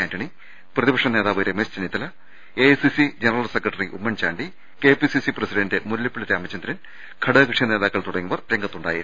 ആന്റണി പ്രതിപക്ഷ നേതാവ് Ramesh Chennithala AIC general secretary Oommen Chandy KPCC പ്രസി ഡന്റ് മുല്ലപ്പള്ളി രാമചന്ദ്രൻ ഘടകകക്ഷി നേതാക്കൾ തുടങ്ങിയവർ രംഗത്തുണ്ടായിരുന്നു